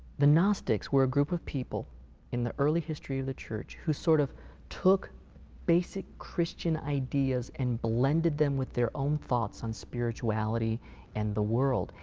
the gnostics were a group of people in the early history of the church. who sort of took basic christian ideas and blended them. with their own thoughts on spirituality and the world.